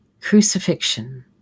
crucifixion